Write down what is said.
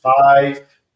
five